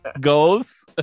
Goals